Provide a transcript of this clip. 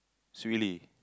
it's really